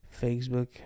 Facebook